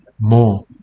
more